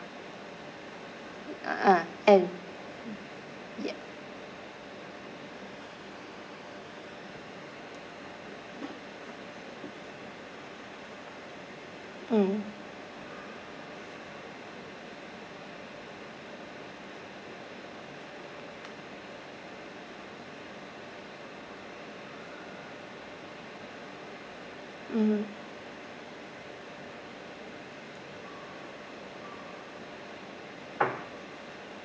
uh uh and ya mm mmhmm